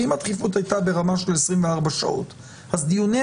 כי אם הדחיפות הייתה ברמה של 24 שעות אז דיוני